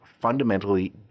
fundamentally